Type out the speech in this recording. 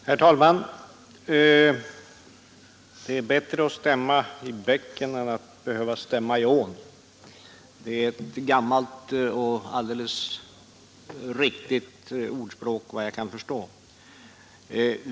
Herr talman! Det är bättre att stämma i bäcken än att behöva stämma i ån — det är ett gammalt och alldeles riktigt ordspråk, såvitt jag kan förstå.